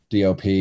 DOP